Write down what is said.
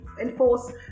enforce